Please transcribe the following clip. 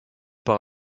par